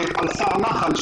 גדס"ר נח"ל,